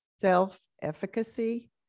self-efficacy